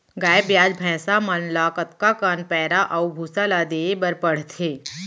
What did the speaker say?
गाय ब्याज भैसा मन ल कतका कन पैरा अऊ भूसा ल देये बर पढ़थे?